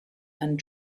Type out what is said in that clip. and